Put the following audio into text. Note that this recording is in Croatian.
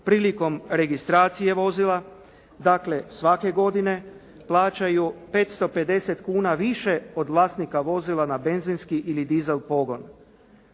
prilikom registracije vozila dakle svake godine plaćaju 550 kuna više od vlasnika vozila na benzinski ili diesel pogon.